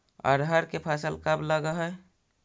अरहर के फसल कब लग है?